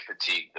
fatigue